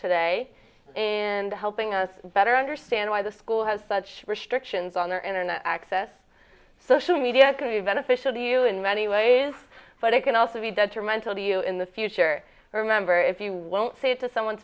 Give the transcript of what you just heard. today and helping us better understand why the school has such restrictions on their internet access social media crave beneficial to you in many ways but it can also be detrimental to you in the future or remember if you won't say it to someone's